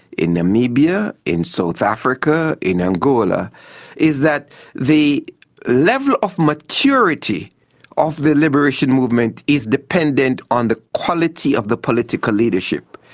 in namibia, in south africa, in angola is that the level of maturity of the liberation movement is dependent on the quality of the political leadership.